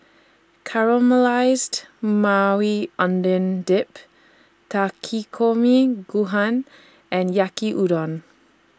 Caramelized Maui Onion Dip Takikomi Gohan and Yaki Udon